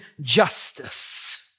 justice